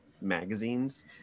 magazines